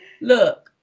Look